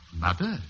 Mother